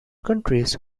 countries